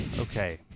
Okay